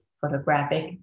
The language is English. photographic